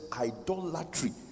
idolatry